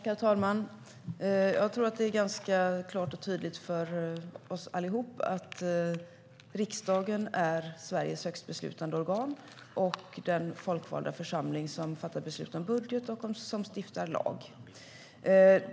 Herr talman! Jag tror att det är klart och tydligt för oss allihop att riksdagen är Sveriges högsta beslutande organ och den folkvalda församling som fattar beslut om budget och som stiftar lag.